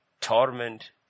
torment